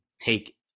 take